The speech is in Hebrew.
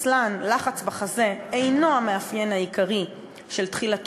אצלן לחץ בחזה אינו המאפיין העיקרי של תחילת